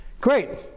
Great